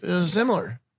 similar